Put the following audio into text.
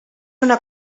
una